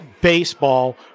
baseball